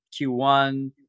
Q1